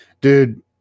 Dude